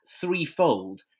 threefold